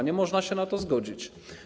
Nie można się na to zgodzić.